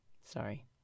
Sorry